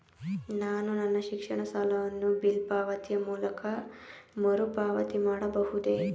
ನಾನು ನನ್ನ ಶಿಕ್ಷಣ ಸಾಲವನ್ನು ಬಿಲ್ ಪಾವತಿಯ ಮೂಲಕ ಮರುಪಾವತಿ ಮಾಡಬಹುದೇ?